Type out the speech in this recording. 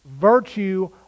virtue